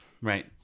Right